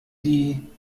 die